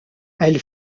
elle